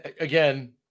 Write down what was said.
again